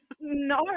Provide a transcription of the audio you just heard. no